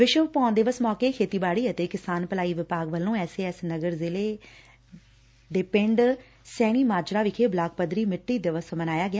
ਵਿਸ਼ਵ ਭੋਂ ਦਿਵਸ ਮੌਕੇ ਤੇ ਖੇਤੀਬਾੜੀ ਅਤੇ ਕਿਸਾਨ ਭਲਾਈ ਵਿਭਾਗ ਵਲੋਂ ਐਸਏਐਸ ਨਗਰ ਜ਼ਿਲੇ ਦੇ ਹੇਠ ਪਿੰਡ ਸੈਣੀਮਾਜਰਾ ਵਿਖੇ ਬਲਾਕ ਪੱਧਰੀ ਮਿੱਟੀ ਦਿਵਸ ਮਨਾਇਆ ਗਿਆ